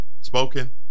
spoken